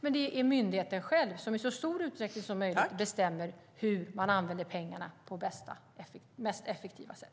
Men det är myndigheten själv som i så stor utsträckning som möjligt bestämmer hur man använder pengarna på mest effektiva sätt.